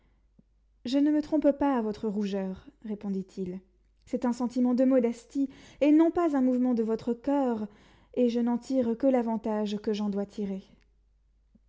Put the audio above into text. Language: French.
je ne me trompe pas à votre rougeur répondit-il c'est un sentiment de modestie et non pas un mouvement de votre coeur et je n'en tire que l'avantage que j'en dois tirer